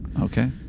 okay